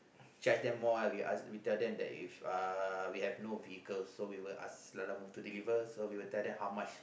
charge them more ah we ask we tell them that if uh we have no vehicle so we will ask Lalamove to deliver so we will tell them how much